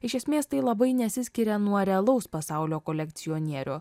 iš esmės tai labai nesiskiria nuo realaus pasaulio kolekcionierių